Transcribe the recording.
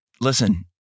listen